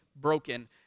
broken